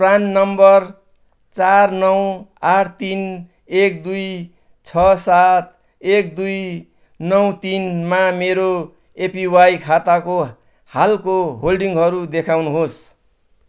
PRAN number चार नौ आठ तिन एक दुई छ सात एक दुई नौ तिनमा मेरो एपिवाई खाताको हालको होल्डिङहरू देखाउनुहोस्